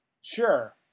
sure